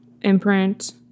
Imprint